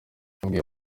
yabwiye